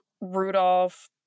rudolph